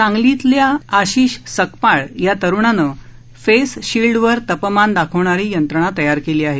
सांगली जिल्ह्यातल्या आशिष संकपाळ या तरुणानं फेस शिल्डवरचं तापमान दाखवणारी यंत्रणा तयार केली आहे